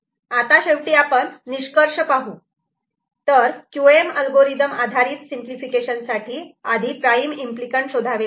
आता शेवटी आपण निष्कर्ष पाहूया तर QM अल्गोरिदम आधारित सिंपलिफिकेशन साठी आधी प्राईम इम्पली कँट शोधावे लागतात